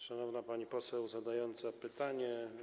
Szanowna Pani Poseł Zadająca Pytanie!